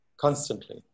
constantly